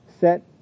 set